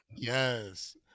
Yes